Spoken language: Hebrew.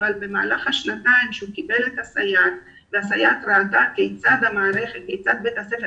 אבל במהלך השנתיים שהוא קיבל את הסייעת והסייעת ראתה כיצד בית הספר,